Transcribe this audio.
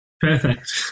Perfect